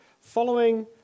following